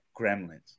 gremlins